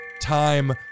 time